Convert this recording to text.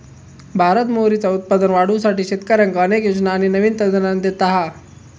भारत मोहरीचा उत्पादन वाढवुसाठी शेतकऱ्यांका अनेक योजना आणि नवीन तंत्रज्ञान देता हा